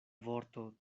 vorto